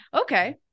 Okay